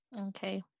Okay